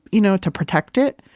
you know, to protect it.